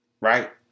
right